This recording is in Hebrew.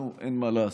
נו, אין מה לעשות.